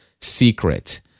secret